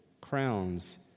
crowns